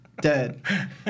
dead